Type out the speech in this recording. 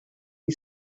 you